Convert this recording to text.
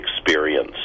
experience